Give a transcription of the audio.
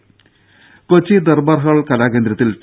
രുഭ കൊച്ചി ദർബാർഹാൾ കലാകേന്ദ്രത്തിൽ ടി